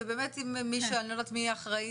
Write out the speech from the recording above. ובאמת אם מישהו אני לא יודעת מי אחראי,